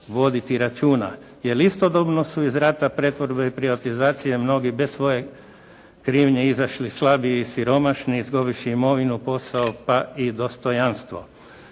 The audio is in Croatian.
voditi računa jer istodobno su iz rata pretvorbe i privatizacije mnogi bez svoje krivnje izašli slabiji i siromašni izgubivši imovinu, posao pa i dostojanstvo.